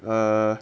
uh